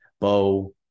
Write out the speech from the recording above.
Bo